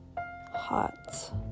hot